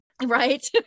right